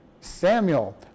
Samuel